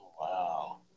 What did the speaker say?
Wow